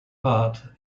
part